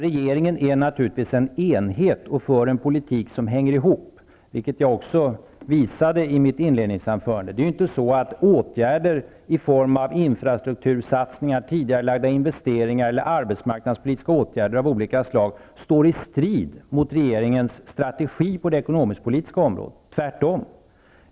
Regeringen är naturligtvis en enhet och för en politik som hänger ihop, vilket jag också visade i mitt inledningsanförande. Det är inte så att åtgärder i form av infrastruktursatsningar, tidigareläggningar av investeringar eller arbetsmarknadspolitiska åtgärder av olika slag står i strid med regeringens strategi på det ekonomiskpolitiska området -- tvärtom.